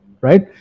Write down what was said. right